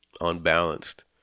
unbalanced